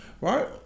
right